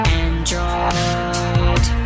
android